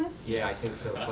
yeah. i think so.